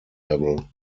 level